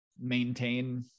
maintain